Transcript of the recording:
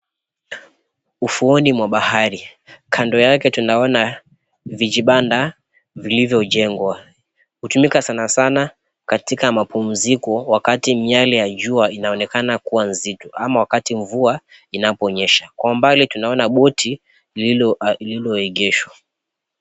Ufuoni mwa bahari, kando yake tunaona vijibanda vilivyojengwa. Hutumika sana sana katika mapumziko, wakati miale ya jua inaonekana kuwa nzito ama wakati mvua inapo nyesha. Kwa umbali tunaona (cs)boti (cs) lililoegeshwa.